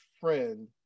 friend